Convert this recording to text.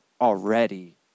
already